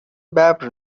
ببر